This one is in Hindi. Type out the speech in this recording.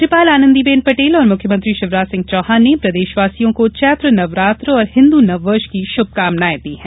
राज्यपाल आनंदीबेन पटेल और मुख्यमंत्री शिवराज सिंह चौहान ने प्रदेशवासियों को चैत्र नवरात्र और हिन्दू नववर्ष की शुभाकामनाएं दी हैं